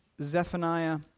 Zephaniah